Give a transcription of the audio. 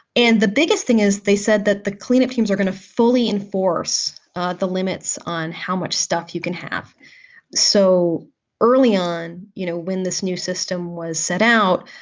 and the biggest thing is they said that the clean up teams are going to fully enforce ah the limits on how much stuff you can have so early on, you know, when this new system was set out,